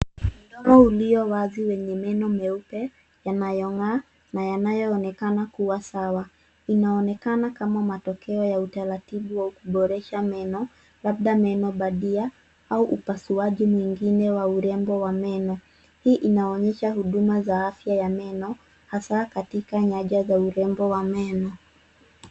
Mdomo ulio wazi wenye meno meupe yanayong'aa na yanayoonekana kuwa sawa. Inaonekana kama matokeo ya utaratibu wa kuboresha meno labda meno bandia au upasuaji mwingine wa urembo wa meno. Hii inaonyesha huduma za afya ya meno hasa katika nyanja za urembo wa meno.